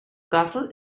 castle